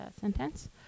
sentence